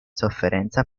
sofferenza